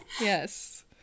Yes